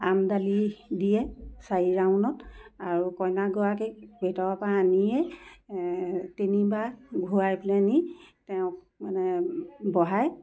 আমডালি দিয়ে চাৰি ৰাউণ্ডত আৰু কইনাগৰাকীক ভিতৰৰ পৰা আনিয়ে তিনিবাৰ ঘূৰাই পেলানি তেওঁক বহায়